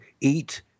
eat